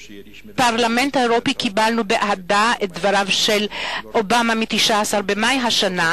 בפרלמנט האירופי קיבלנו באהדה את דבריו של אובמה מ-19 במאי השנה,